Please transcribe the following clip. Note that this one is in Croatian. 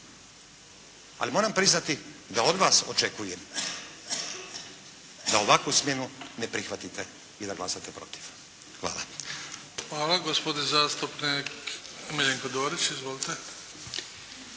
Ali moram priznati da od vas očekujem da ovakvu smjenu ne prihvatite i da glasate protiv. Hvala. **Bebić, Luka (HDZ)** Hvala. Gospodin zastupnik Miljenko Dorić. Izvolite!